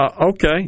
okay